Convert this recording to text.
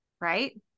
Right